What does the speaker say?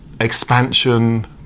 expansion